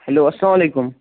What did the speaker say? hello اسلام علیکُم